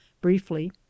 Briefly